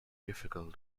difficult